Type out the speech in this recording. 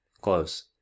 Close